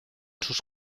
sus